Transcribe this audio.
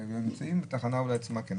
בתחנה עצמה כן.